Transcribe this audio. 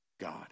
God